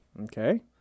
Okay